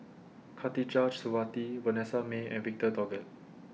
Khatijah Surattee Vanessa Mae and Victor Doggett